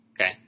Okay